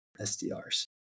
SDRs